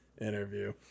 interview